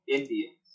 Indians